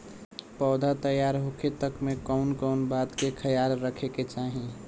पौधा तैयार होखे तक मे कउन कउन बात के ख्याल रखे के चाही?